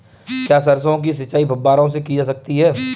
क्या सरसों की सिंचाई फुब्बारों से की जा सकती है?